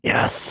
Yes